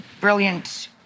brilliant